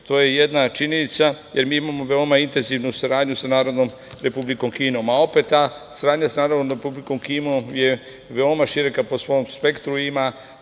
to je jedna činjenica, jer mi imamo veoma intenzivnu saradnju sa Narodnom Republikom Kinom, a opet ta saradnja sa Narodnom Republikom Kinom je veoma široka po svom spektru i ima